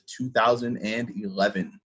2011